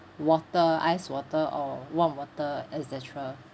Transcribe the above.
water ice water or warm water et cetera